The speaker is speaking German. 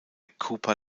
cooper